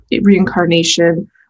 reincarnation